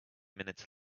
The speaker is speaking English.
minutes